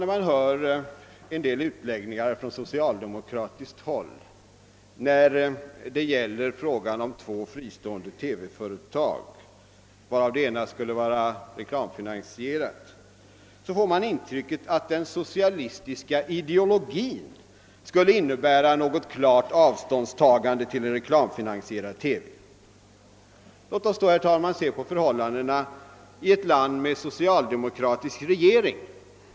När man hör en del utläggningar från socialdemokratiskt håll beträffande frågan om två fristående TV-företag, varav det ena skulle vara reklamfinansierat, får man intrycket att den socialistiska ideologin skulle innebära ett klart avståndstagande från reklamfinansierad TV. Låt oss då se på förhållandena i ett annat land än vårt med . socialdemokratisk regering.